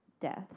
deaths